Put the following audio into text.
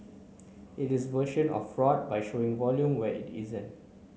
it is a version of fraud by showing volume where it isn't